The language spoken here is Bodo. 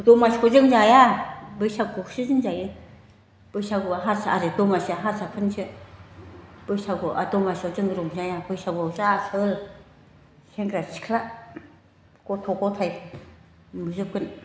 दमासिखौ जों जाया बैसागुखौसो जों जायो बैसागुआ हारसा आरे दमासिया हारसाफोरनिसो बैसागुआ दामसियाव रंजाया बैसागुआवसो आसोल सेंग्रा सिख्ला गथ' गथाय नुजोबगोन